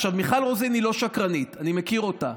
עכשיו, מיכל רוזין היא לא שקרנית, אני מכיר אותה.